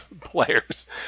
players